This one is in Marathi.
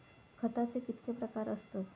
खताचे कितके प्रकार असतत?